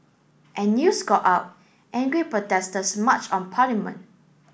as news got out angry protesters marched on parliament